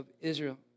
Israel